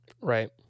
right